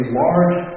large